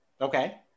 Okay